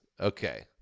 okay